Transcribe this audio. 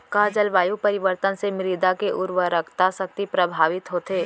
का जलवायु परिवर्तन से मृदा के उर्वरकता शक्ति प्रभावित होथे?